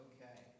Okay